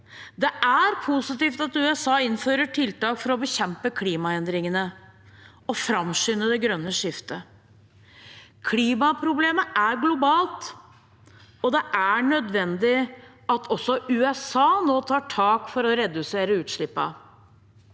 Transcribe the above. Det er positivt at USA innfører tiltak for å bekjempe klimaendringene og framskynde det grønne skiftet. Klimaproblemet er globalt, og det er nødvendig at også USA nå tar tak for å redusere utslippene.